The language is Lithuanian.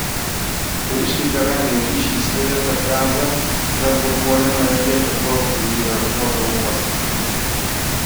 kariškiai per radijo ryšį įspėjo kad gaza yra blokuojama ir liepė plaukti į ašdodo uostą